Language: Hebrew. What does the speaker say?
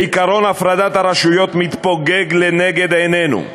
עקרון הפרדת הרשויות מתפוגג לנגד עינינו.